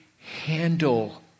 handle